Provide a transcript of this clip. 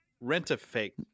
rent-a-fake